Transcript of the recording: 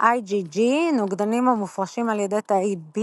IgG נוגדנים המופרשים על ידי תאי B